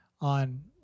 on